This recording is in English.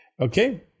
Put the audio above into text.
Okay